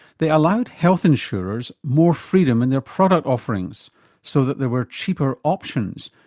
they allowed health insurers more freedom in their product offerings so that there were cheaper options,